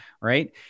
Right